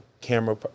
camera